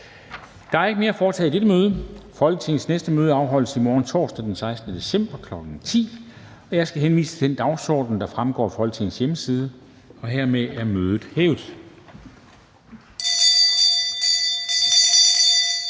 Der er ikke mere at foretage i dette møde. Folketingets næste møde afholdes i morgen, torsdag den 16. december 2021, kl. 10.00. Jeg skal henvise til den dagsorden, der fremgår af Folketingets hjemmeside. Mødet er hævet.